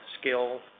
skill